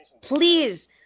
Please